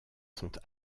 sont